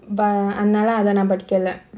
but அன்னால அத நா படிக்கல:annaala atha naa padikkala